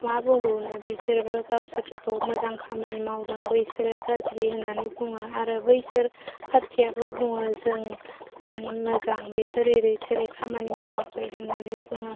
मा बुंबावनो बिसोरबो गावसोरखौ मोजां खामानि मावदों बैसोरो गाज्रि होन्नानै बुङो आरो बैसोर पार्टिआबो बुङो जों मोजां बिसोरो ओरै थोरै खामानि मावाखै होन्नानै बुङो